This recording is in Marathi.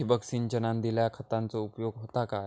ठिबक सिंचनान दिल्या खतांचो उपयोग होता काय?